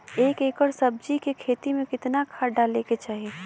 एक एकड़ सब्जी के खेती में कितना खाद डाले के चाही?